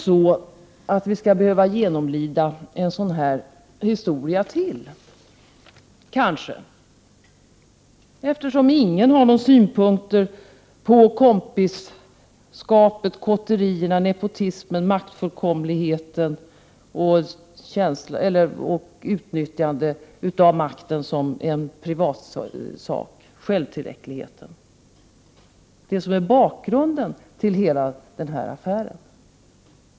Skall vi kanske behöva genomlida en sådan här historia till, eftersom ingen har några synpunkter på kompisskapet, kotterierna, nepotismen, maktfullkomligheten, utnyttjandet av makten som en privatsak, självtillräckligheten — det som är bakgrunden till hela den här affären?